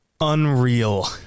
Unreal